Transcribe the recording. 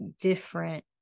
different